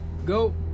Go